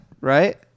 right